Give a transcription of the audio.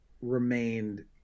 Remained